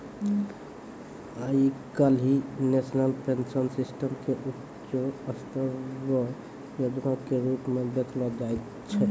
आइ काल्हि national pension system के ऊंचों स्तर रो योजना के रूप मे देखलो जाय छै